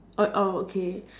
oh oh okay